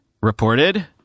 reported